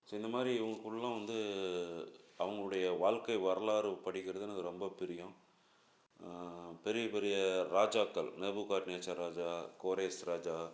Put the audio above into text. so இந்த மாதிரி இவங்கக்கூடலாம் வந்து அவங்களுடைய வாழ்க்கை வரலாறு படிக்கிறது எனக்கு ரொம்ப பிரியம் பெரியப் பெரிய ராஜாக்கள் நேபுக்காட்நேச்சர் ராஜா கோரேஸ் ராஜா